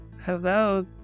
Hello